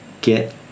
Get